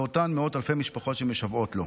לאותן מאות אלפי משפחות שמשוועות לו.